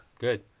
Good